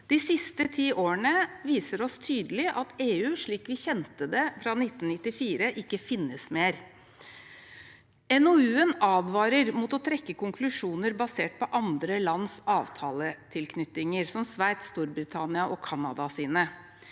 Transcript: De siste ti årene viser oss tydelig at EU slik vi kjente det fra 1994, ikke finnes mer. NOU-en advarer mot å trekke konklusjoner basert på andre lands avtaletilknytninger, som Sveits, Storbritannia og Canada sine.